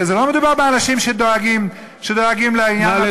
ולא מדובר באנשים שדואגים לעניין הביטחוני,